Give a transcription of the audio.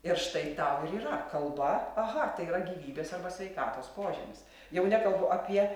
ir štai tau ir yra kalba aha tai yra gyvybės arba sveikatos požymis jau nekalbu apie